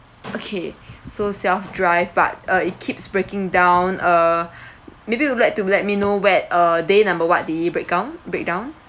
okay so self drive but uh it keeps breaking down uh maybe you would like to let me know where uh day number what did it breakdo~ breakdown